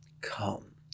Come